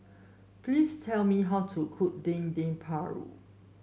please tell me how to cook Dendeng Paru